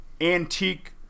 antique